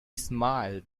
smiled